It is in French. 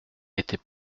était